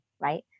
right